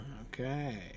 Okay